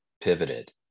pivoted